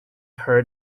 heard